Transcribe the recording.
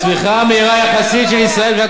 הצמיחה המהירה היחסית של ישראל בשנת